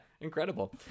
incredible